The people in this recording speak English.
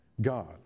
God